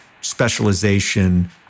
specialization